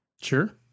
Sure